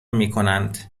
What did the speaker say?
میکنند